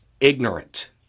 ignorant